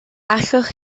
allwch